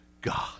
God